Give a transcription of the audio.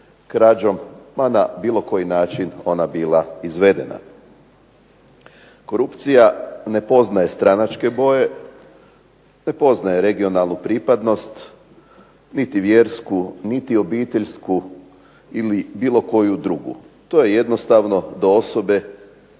krađom ma na bilo koji način ona bila izvedena. Korupcija ne poznaje stranačke boje, ne poznaje regionalnu pripadnost niti vjersku, niti obiteljsku ili bilo koju drugu, to je jednostavno do osobe